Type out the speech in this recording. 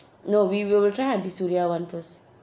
no we will try aunty suria one first